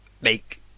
make